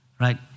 right